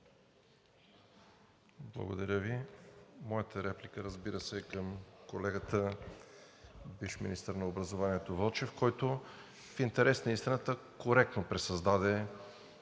Благодаря Ви. Моята реплика, разбира се, е към колегата бивш министър на образованието Вълчев, който в интерес на истината коректно пресъздаде